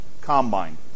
combine